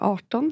18